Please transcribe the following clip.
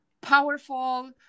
powerful